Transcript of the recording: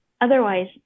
Otherwise